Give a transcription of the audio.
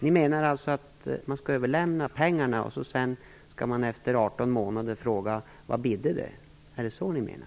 Ni menar alltså att man skall överlämna pengarna och sedan efter 18 månader fråga vad som blev av. Är det detta ni menar?